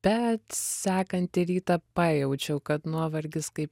bet sekantį rytą pajaučiau kad nuovargis kaip